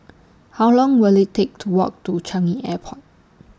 How Long Will IT Take to Walk to Changi Airport